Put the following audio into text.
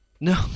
No